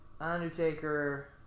Undertaker